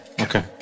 Okay